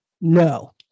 no